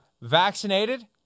vaccinated